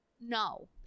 no